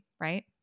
right